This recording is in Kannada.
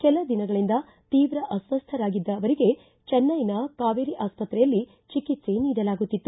ಕೆಲದಿನಗಳಿಂದ ತೀವ್ರ ಅಸ್ತಸ್ಥರಾಗಿದ್ದ ಅವರಿಗೆ ಚೆನ್ನೈನ ಕಾವೇರಿ ಆಸ್ಪತ್ರೆಯಲ್ಲಿ ಚಿಕಿತ್ಸೆ ನೀಡಲಾಗುತ್ತಿತ್ತು